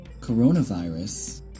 coronavirus